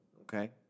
okay